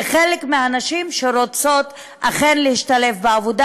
לחלק מהנשים שאכן רוצות להשתלב בעבודה.